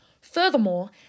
Furthermore